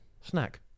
Snack